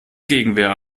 gegenwehr